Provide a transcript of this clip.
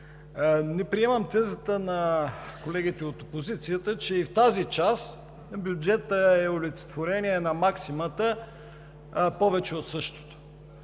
Не приемам тезата на колегите от опозицията, че и в тази му част бюджетът е олицетворение на максимата „повече от същото“.